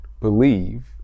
believe